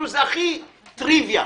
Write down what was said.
זה הכי טריוויאלי,